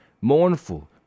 mournful